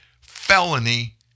Felony